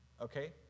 Okay